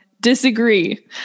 disagree